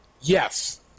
Yes